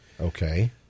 Okay